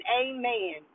amen